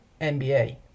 NBA